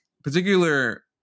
particular